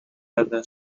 other